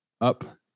up